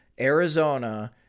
Arizona